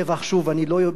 אני לא מוצא את המלה,